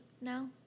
now